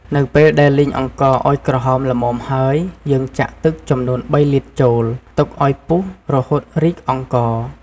នៅពេលដែលលីងអង្ករឱ្យក្រហមល្មមហើយ យើងចាក់ទឹកចំនួន ៣ លីត្រចូល ទុកឱ្យពុះ រហូតរីកអង្ករ។